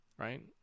Right